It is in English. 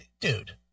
Dude